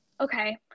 okay